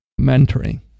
mentoring